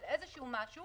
אבל משהו